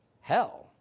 Hell